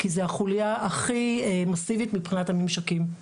כי זה החוליה הכי מאסיבית מבחינת הממשקים.